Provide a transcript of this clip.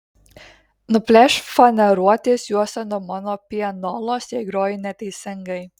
nuplėšk faneruotės juostą nuo mano pianolos jei groju neteisingai